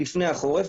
לפני החורף.